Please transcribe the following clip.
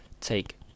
take